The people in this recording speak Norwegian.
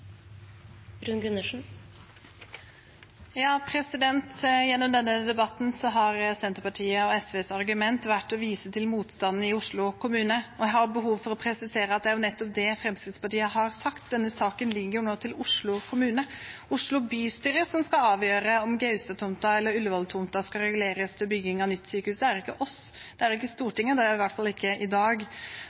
Gjennom denne debatten har Senterpartiet og SVs argument vært å vise til motstanden i Oslo kommune. Jeg har behov for å presisere at det er nettopp det Fremskrittspartiet har sagt. Denne saken ligger nå til Oslo kommune. Det er Oslo bystyre som skal avgjøre om Gaustad-tomten eller Ullevål-tomten skal reguleres til bygging av nytt sykehus. Det er ikke oss, det er ikke Stortinget – det skal i hvert fall ikke skje i dag.